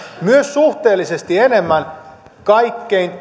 myös suhteellisesti enemmän kaikkein